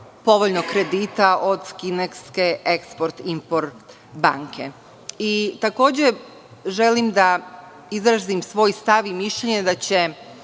povoljnog kredita od kineske Eksport – Import banke. Takođe želim da izrazim svoj stav i mišljenje da je